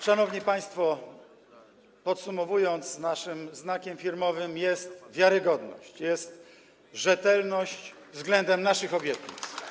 Szanowni państwo, podsumowując, naszym znakiem firmowym jest wiarygodność, jest rzetelność względem naszych obietnic.